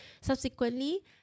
Subsequently